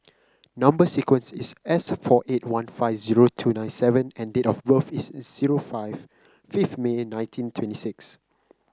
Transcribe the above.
number sequence is S four eight one five zero two nine seven and date of birth is zero five fifth May nineteen twenty six